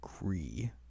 agree